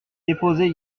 déposer